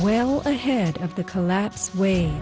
well ahead of the collapse way